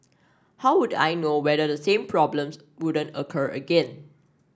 how would I know whether the same problems wouldn't occur again